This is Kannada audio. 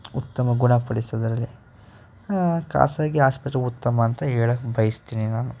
ಉತ್ತಮ ಗುಣ ಪಡಿಸೋದ್ರಲ್ಲಿ ಖಾಸಗಿ ಆಸ್ಪತ್ರೆ ಉತ್ತಮ ಅಂತ ಹೇಳಕ್ಕೆ ಬಯಸ್ತೀನಿ ನಾನು